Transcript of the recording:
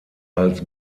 als